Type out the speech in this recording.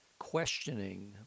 questioning